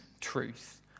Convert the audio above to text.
truth